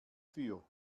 für